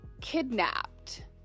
kidnapped